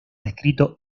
escrito